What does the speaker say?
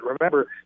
Remember